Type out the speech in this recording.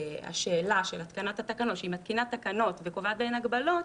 מתקינה תקנות וקובעת בהן הגבלות,